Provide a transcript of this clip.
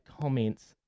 comments